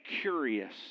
curious